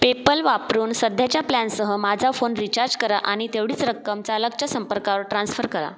PayPal वापरून सध्याच्या प्लॅनसह माझा फोन रिचार्ज करा आणि तेवढीच रक्कम चालकाच्या संपर्कावर ट्रान्स्फर करा